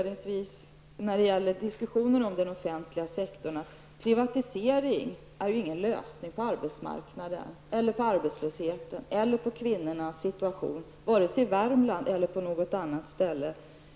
När det gäller diskussionerna om den offentliga sektorn vill jag säga att privatisering inte är någon lösning på arbetslösheten eller på kvinnornas situation, varken i Värmland eller på något annat ställe.